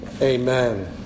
Amen